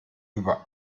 über